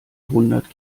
hundert